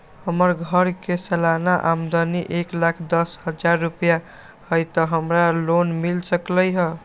हमर घर के सालाना आमदनी एक लाख दस हजार रुपैया हाई त का हमरा लोन मिल सकलई ह?